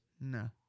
No